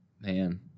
Man